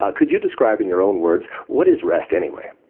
ah could you describe in your own words, what is rest anyway?